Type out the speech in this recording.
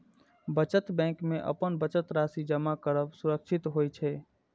बचत बैंक मे अपन बचत राशि जमा करब सुरक्षित होइ छै